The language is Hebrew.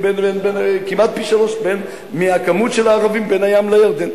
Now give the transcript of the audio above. כמעט פי-שלושה מהכמות של הערבים בין הים לירדן.